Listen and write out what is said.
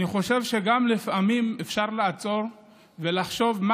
אני חושב שלפעמים גם אפשר לעצור ולחשוב מה